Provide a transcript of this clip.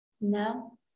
No